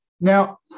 Now